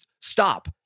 stop